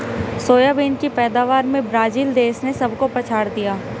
soybean की पैदावार में ब्राजील देश ने सबको पछाड़ दिया